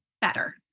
better